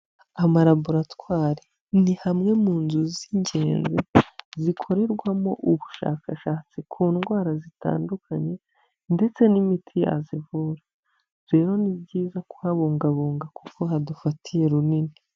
Amaraboratwari ni hamwe mu nzu z'ingenzi zikorerwamo ubushakashatsi ku ndwara zitandukanye ndetse n'imiti yazivura, rero ni byiza kuhabungabunga kuko hadufatiye runini.